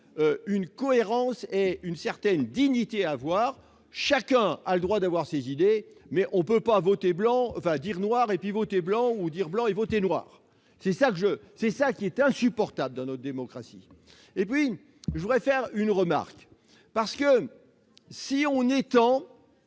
de cohérence et d'une certaine dignité. Chacun a le droit d'avoir ses idées, mais on ne peut pas dire noir et voter blanc ou bien dire blanc et voter noir. C'est cela qui est insupportable dans notre démocratie. Je voudrais faire une remarque, rejoignant